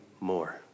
more